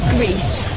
Greece